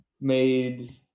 made